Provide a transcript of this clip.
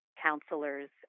counselors